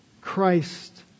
Christ